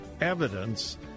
evidence